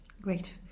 Great